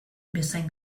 bezain